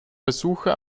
besuche